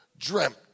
dreamt